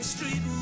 Street